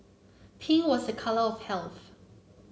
pink was a colour of health